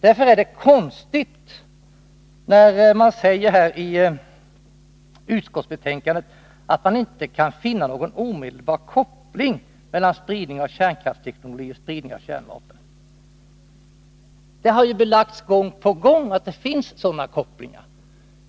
Därför är det konstigt när utskottet säger att det inte kan finna någon omedelbar koppling mellan spridning av kärnkraftsteknologi och spridning av kärnvapen. Det har ju belagts gång på gång att det finns sådana kopplingar.